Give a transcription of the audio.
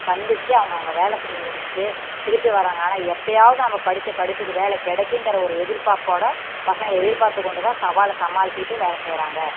சந்தித்து அவங்க அங்கே வேலை செஞ்சு முடிச்சுட்டு திருப்பி வர்றாங்க ஆனால் எப்போயாவது நம்ம படித்த படிப்புக்கு வேலை கிடைக்கிங்கிற ஒரு எதிர்பார்ப்போடய பசங்க எதிர்பார்த்துக் கொண்டு தான் சவாலை சமாளிச்சுக்கிட்டு வேலை செய்கிறாங்க